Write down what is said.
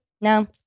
no